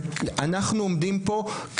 ואנחנו עומדים פה,